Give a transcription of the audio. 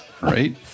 Right